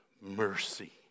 mercy